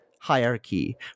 hierarchy